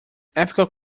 ethical